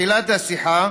תחילת השיחה